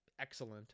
excellent